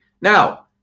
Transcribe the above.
Now